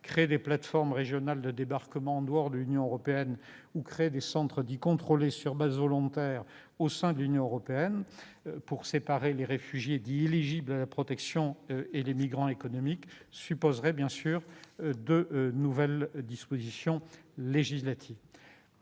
création de plateformes régionales de débarquement en dehors de l'Union européenne ou de centres dits « contrôlés » sur base volontaire au sein de l'Union européenne pour séparer les réfugiés considérés comme éligibles à la protection et les migrants économiques supposerait, bien sûr, de nouvelles dispositions législatives.